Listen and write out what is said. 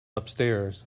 upstairs